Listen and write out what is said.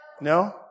No